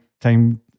time